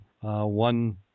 One